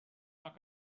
how